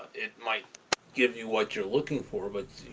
it might give you what you're looking for, but